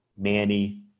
Manny